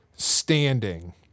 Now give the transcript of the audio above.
standing